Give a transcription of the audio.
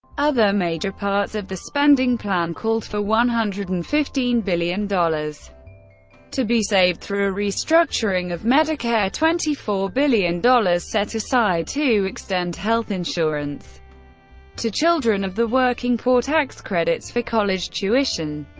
other major parts of the spending plan called for one hundred and fifteen billion dollars to be saved through a restructuring of medicare, twenty four billion dollars set aside to extend health insurance to children of the working poor, tax credits for college tuition,